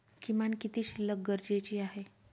किमान किती शिल्लक गरजेची आहे?